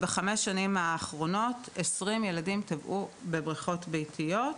בחמש השנים האחרונות 20 ילדים טבעו בבריכות ביתיות.